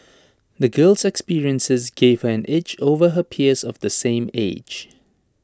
the girl's experiences gave her an edge over her peers of the same age